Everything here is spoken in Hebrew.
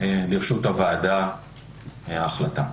לרשות הוועדה ההחלטה.